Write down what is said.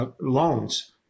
Loans